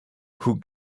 who